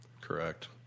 Correct